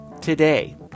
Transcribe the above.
Today